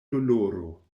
doloro